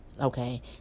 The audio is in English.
okay